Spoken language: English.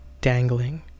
dangling